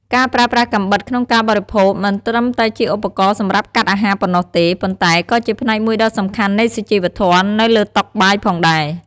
ការប្រើប្រាស់កាំបិតក្នុងការបរិភោគមិនត្រឹមតែជាឧបករណ៍សម្រាប់កាត់អាហារប៉ុណ្ណោះទេ ប៉ុន្តែក៏ជាផ្នែកមួយដ៏សំខាន់នៃសុជីវធម៌នៅលើតុបាយផងដែរ។